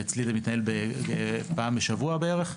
אצלי זה מתנהל פעם בשבוע בערך.